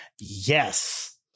yes